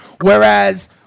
whereas